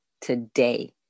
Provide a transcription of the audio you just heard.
today